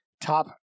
top